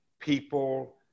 people